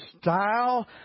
style